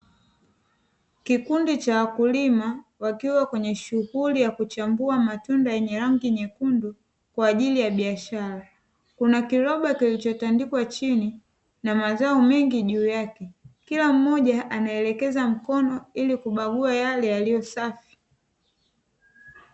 Kikundi cha wakulima wakiwa kwenye shughuli ya kuchambua matunda yenye rangi nyekundu kwa ajili ya biashara, kuna kiroba kilichotandikwa chini na mazao mengi juu yake, kila mmoja anaelekeza mkono ili kubagua yale yaliyo safi.